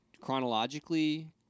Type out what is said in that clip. chronologically